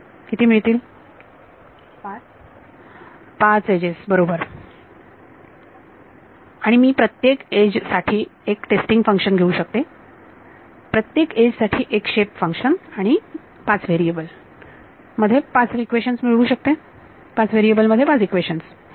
विद्यार्थी 5 पाच एजेस बरोबर आणि मी प्रत्येक एज साठी एक टेस्टिंग फंक्शन घेऊ शकते प्रत्येक एज साठी एक शेप फंक्शन आणि पाच व्हेरिएबल मध्ये पाच इक्वेशन्स मिळवू शकते